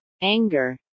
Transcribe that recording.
anger